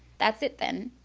that's it then.